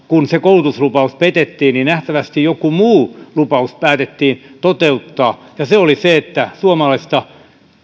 aikaan kun se koulutuslupaus petettiin nähtävästi joku muu lupaus päätettiin toteuttaa ja se oli se että suomalaista